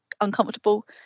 uncomfortable